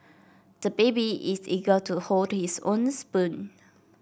the baby is eager to hold his own spoon